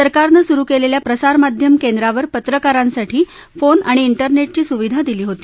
सरकारनं सुरु केलेल्या प्रसारमाध्यम केंद्रावर पत्रकारांसाठी फोन आणि इंटरनेटची सुविधा दिली होती